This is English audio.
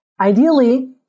Ideally